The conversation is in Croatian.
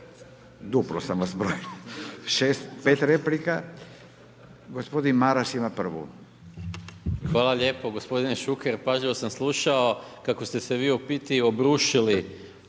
Duplo sam vas brojio. Šest, pet replika. Gospodin Maras ima prvu.